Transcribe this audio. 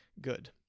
good